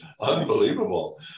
unbelievable